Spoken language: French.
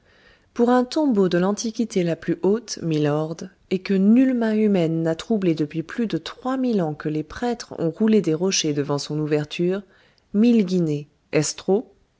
pour un tombeau de l'antiquité la plus haute milord et que nulle main humaine n'a troublé depuis plus de trois mille ans que les prêtres ont roulé des rochers devant son ouverture mille guinées est-ce